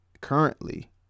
currently